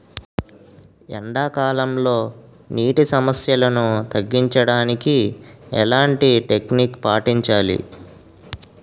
ఎండా కాలంలో, నీటి సమస్యలను తగ్గించడానికి ఎలాంటి టెక్నిక్ పాటించాలి?